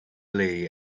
lys